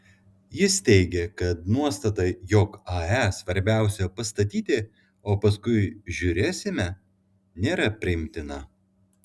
jis teigė kad nuostata jog ae svarbiausia pastatyti o paskui žiūrėsime nėra priimtina